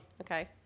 Okay